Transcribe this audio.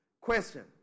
Question